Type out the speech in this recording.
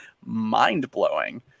mind-blowing